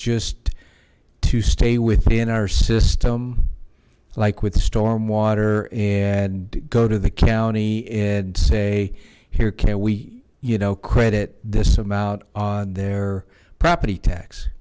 just to stay within our system like with the stormwater and go to the county and say here can we you know credit this amount on their property tax